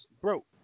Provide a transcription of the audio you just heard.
bro